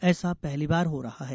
ऐसा पहली बार हो रहा है